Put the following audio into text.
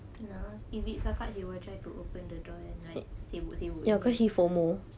you know if it's akak jiwa she will try to open the door and like sibuk-sibuk